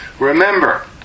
Remember